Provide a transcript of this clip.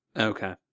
Okay